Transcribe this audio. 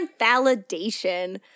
validation